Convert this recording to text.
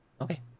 okay